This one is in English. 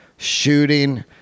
Shooting